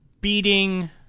beating